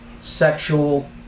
sexual